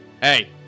hey